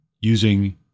Using